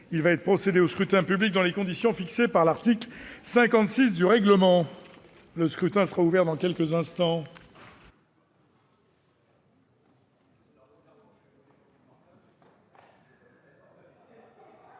Il va être procédé au scrutin dans les conditions fixées par l'article 56 du règlement. Le scrutin est ouvert. Personne ne demande